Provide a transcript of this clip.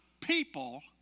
people